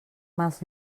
mals